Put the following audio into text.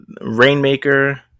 rainmaker